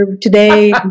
today